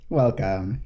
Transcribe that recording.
welcome